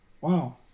Wow